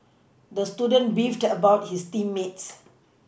the student beefed about his team mates